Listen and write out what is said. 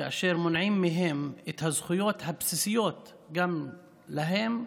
כאשר מונעים מהם את הזכויות הבסיסיות גם להם,